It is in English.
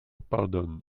pardon